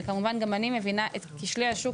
גם אני מבינה את כשלי השוק,